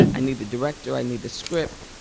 i need the director. i need the script,